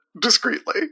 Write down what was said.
discreetly